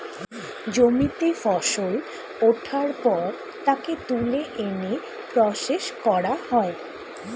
জমিতে ফসল ওঠার পর তাকে তুলে এনে প্রসেস করা হয়